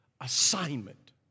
assignment